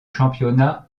championnat